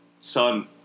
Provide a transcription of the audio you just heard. son